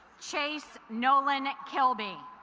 chase nolan kilby